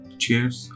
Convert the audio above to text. cheers